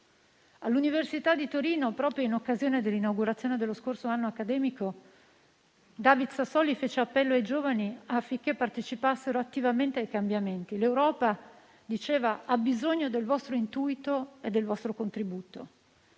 All'università di Torino, proprio in occasione dell'inaugurazione dello scorso anno accademico, David Sassoli fece appello ai giovani affinché partecipassero attivamente ai cambiamenti. L'Europa - diceva - ha bisogno del vostro intuito e del vostro contributo.